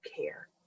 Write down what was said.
care